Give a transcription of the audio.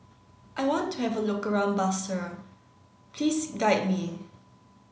I want to have a look around Basseterre please guide me